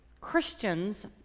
christians